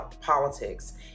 politics